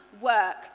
work